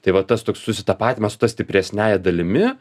tai va tas toks susitapatinimas su ta stipresniąja dalimi